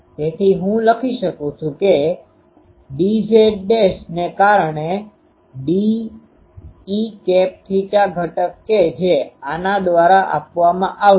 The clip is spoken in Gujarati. તેથી હું લખી શકું છું કે dZ' ને કારણે dE ઘટક કે જે આના દ્વારા આપવામાં આવશે